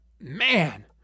man